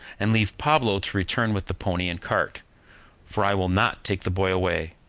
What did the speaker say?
and leave pablo to return with the pony and cart for i will not take the boy away,